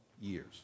years